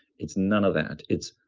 it's none of that. it's,